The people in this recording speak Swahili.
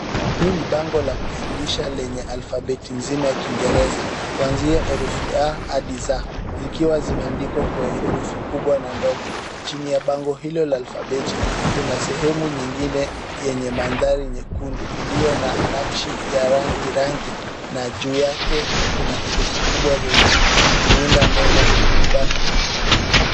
Hii ni bango la kufundisha lenye alfabeti nzima ya kiingereza kuanzia herufi a hadi z zikiwa zimeandikwa kwa herufi kubwa na ndogo. Chini ya bango hilo la alfabeti kuna sehemu nyingine yenye mandhari nyekundu iliyo na nakshi ya rangi rangi na juu yake kuna herufi kubwa zenye kuunda neno happy birthday .